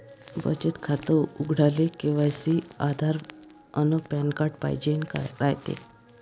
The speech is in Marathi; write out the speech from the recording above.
बचत खातं उघडाले के.वाय.सी साठी आधार अन पॅन कार्ड पाइजेन रायते